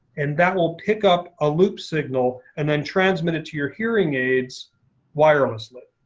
and that will pick up a loop signal and then transmit it to your hearing aids wirelessly.